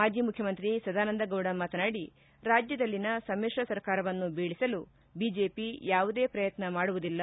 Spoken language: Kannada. ಮಾಜಿ ಮುಖ್ಯಮಂತ್ರಿ ಸದಾನಂದಗೌಡ ಮಾತನಾಡಿ ರಾಜ್ಯದಲ್ಲಿನ ಸಮಿಶ್ರ ಸರ್ಕಾರವನ್ನು ಬೀಳಿಸಲು ಬಿಜೆಪಿ ಯಾವುದೇ ಪ್ರಯತ್ನ ಮಾಡುವುದಿಲ್ಲ